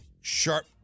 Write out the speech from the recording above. sharp